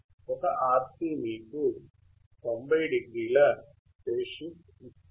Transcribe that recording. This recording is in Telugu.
ఒక RC మీకు 900 ఫేజ్ షిఫ్ట్ ఇస్తుంది